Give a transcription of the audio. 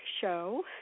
show